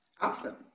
Awesome